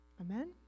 Amen